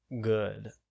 good